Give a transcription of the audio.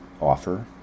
offer